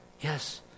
Yes